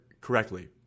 correctly